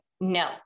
no